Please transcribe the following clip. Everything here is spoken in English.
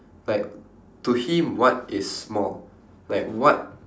like to him what is small like what